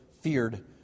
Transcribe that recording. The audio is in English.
feared